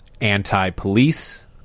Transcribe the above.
anti-police